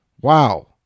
Wow